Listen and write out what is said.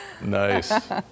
Nice